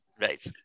Right